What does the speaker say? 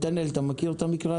נתנאל, אתה מכיר את המקרה הזה?